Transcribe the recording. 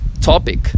topic